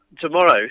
Tomorrow